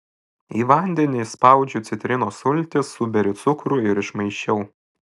į vandenį išspaudžiu citrinos sultis suberiu cukrų ir išmaišiau